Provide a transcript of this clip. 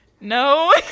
no